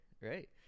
Right